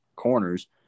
corners